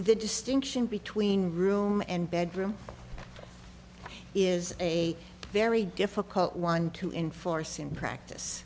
the distinction between room and bedroom is a very difficult one to enforce in practice